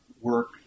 work